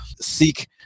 Seek